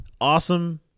awesome